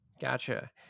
Gotcha